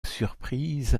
surprise